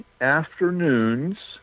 afternoons